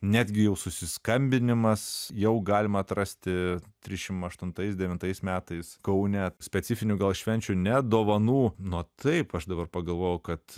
netgi jau susiskambinimas jau galima atrasti trišim aštuntais devintais metais kaune specifinių gal švenčių ne dovanų nu taip aš dabar pagalvojau kad